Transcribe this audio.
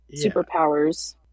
superpowers